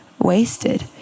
wasted